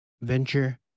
Venture